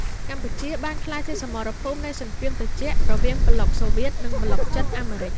កម្ពុជាបានក្លាយជាសមរភូមិនៃសង្គ្រាមត្រជាក់រវាងប្លុកសូវៀត និងប្លុកចិន-អាមេរិក។